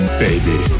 baby